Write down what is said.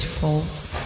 faults